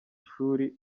ishuri